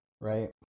right